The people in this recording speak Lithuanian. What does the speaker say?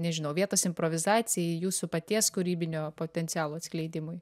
nežinau vietos improvizacijai jūsų paties kūrybinio potencialo atskleidimui